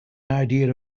idea